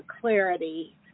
clarity